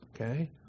okay